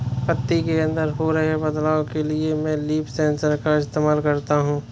पत्ती के अंदर हो रहे बदलाव के लिए मैं लीफ सेंसर का इस्तेमाल करता हूँ